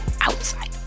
outside